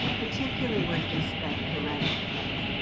particularly with respect to refugees.